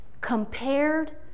compared